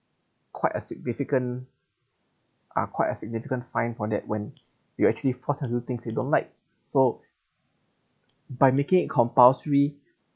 quite a significant uh quite a significant fine for that when you actually force him to do things he don't like so by making it compulsory